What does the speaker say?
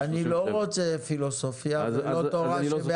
אני לא רוצה פילוסופיה ולא תורה שבעל פה.